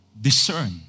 discern